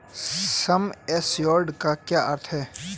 सम assured का क्या अर्थ है?